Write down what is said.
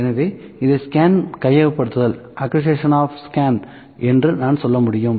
எனவே இதை ஸ்கேன் கையகப்படுத்தல் என்று நான் சொல்ல முடியும்